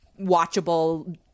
watchable